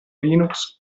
linux